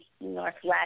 northwest